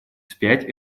вспять